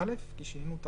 כי שינינו את